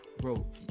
bro